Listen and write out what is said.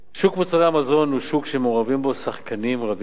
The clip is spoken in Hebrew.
שוק מוצרי המזון הוא שוק שמעורבים בו שחקנים רבים,